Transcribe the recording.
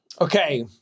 okay